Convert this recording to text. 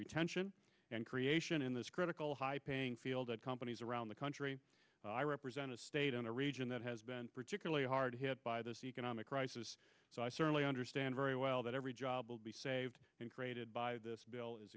retention and creation in this critical high paying field of companies around the country i represent a state in a region that has been particularly hard hit by this economic crisis so i certainly understand very well that every job will be saved and created by this bill is